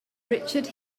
richard